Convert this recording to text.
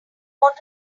want